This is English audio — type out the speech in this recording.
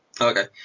Okay